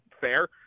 fair